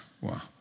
Wow